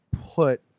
put